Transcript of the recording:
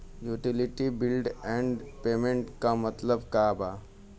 Utility bills and payments क मतलब का बा?